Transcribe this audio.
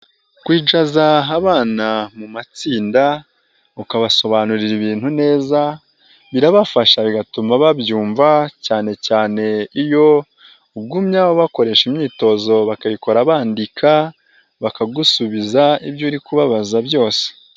Kwicaza abana mu matsinda ukabasobanurira ibintu neza, birabafasha bigatuma babyumva cyane cyane iyo ugumye aho ubakoresha imyitozo bakayikora bandika, bakagusubiza ibyo uri kubabaza byose.